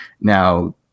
Now